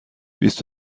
بیست